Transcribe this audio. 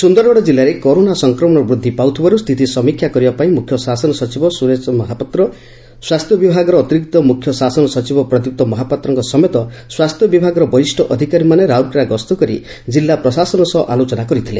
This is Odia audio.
ସୁନ୍ଦରଗଡ଼ କିଲ୍ଲାରେ କରୋନା ସଂକ୍ରମଣ ବୃଦ୍ଧି ପାଉଥବାରୁ ସ୍ଥିତି ସମୀକ୍ଷା କରିବାପାଇଁ ମୁଖ୍ୟ ଶାସନ ସଚିବ ସୁରେଶ ମହାପାତ୍ର ସ୍ୱାସ୍ଥ୍ୟ ବିଭାଗର ଅତିରିକ୍ତ ମୁଖ୍ୟ ଶାସନ ସଚିବ ପ୍ରଦୀପ୍ତ ମହାପାତ୍ରଙ୍କ ସମେତ ସ୍ୱାସ୍ଥ୍ୟ ବିଭାଗର ବରିଷ ଅଧିକାରୀମାନେ ରାଉରକେଲା ଗସ୍ତ କରି ଜିଲ୍ଲା ପ୍ରଶାସନ ସହ ଆଲୋଚନା କରିଥିଲେ